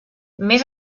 més